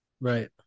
right